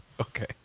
Okay